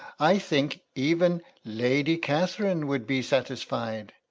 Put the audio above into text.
i think even lady catherine would be satisfied.